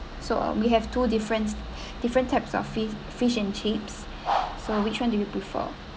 so we have two different different types of fish fish and chips so which one do you prefer